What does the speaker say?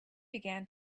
began